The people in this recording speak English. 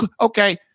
okay